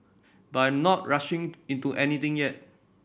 but I'm not rushing into anything yet